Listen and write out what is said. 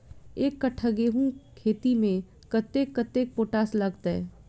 एक कट्ठा गेंहूँ खेती मे कतेक कतेक पोटाश लागतै?